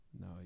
No